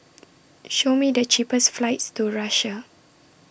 Show Me The cheapest flights to Russia